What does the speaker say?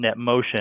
NetMotion